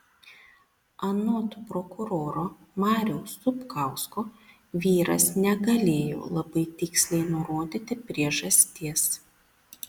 anot prokuroro mariaus zupkausko vyras negalėjo labai tiksliai nurodyti priežasties